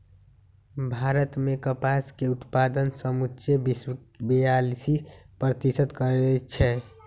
भारत मे कपास के उत्पादन समुचे विश्वके बेयालीस प्रतिशत करै छै